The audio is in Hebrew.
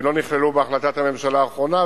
ולא נכללו בהחלטת הממשלה האחרונה,